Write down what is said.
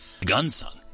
Gunsung